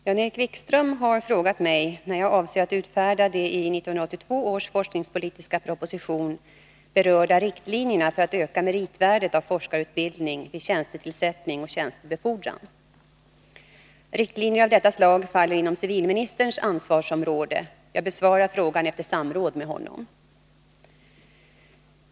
Herr talman! Jan-Erik Wikström har frågat mig när jag avser att utfärda de i 1982 års forskningspolitiska proposition berörda riktlinjerna för att öka meritvärdet av forskarutbildning vid tjänstetillsättning och tjänstebefordran. Riktlinjer av detta slag faller inom civilministerns ansvarsområde. Jag besvarar frågan efter samråd med honom.